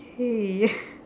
okay